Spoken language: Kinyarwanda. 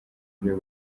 byo